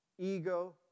Ego